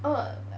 oh